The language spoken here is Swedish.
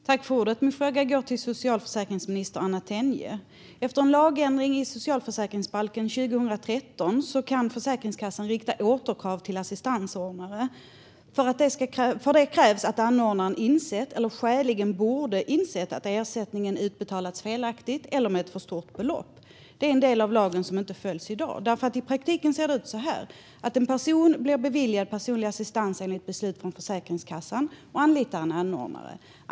Fru talman! Min fråga går till socialförsäkringsminister Anna Tenje. Efter en lagändring i socialförsäkringsbalken 2013 kan Försäkringskassan rikta återkrav till assistansanordnare. För det krävs att anordnaren insett eller skäligen borde ha insett att ersättningen utbetalats felaktigt eller med ett för stort belopp. Det är en del av lagen som inte följs i dag. I praktiken ser det ut så här: En person blir beviljad personlig assistans enligt beslut från Försäkringskassan och anlitar en anordnare.